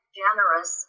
generous